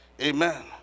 Amen